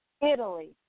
Italy